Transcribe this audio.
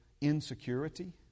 insecurity